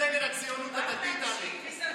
מפלגת הציונות הדתית, עלק.